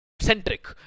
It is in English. centric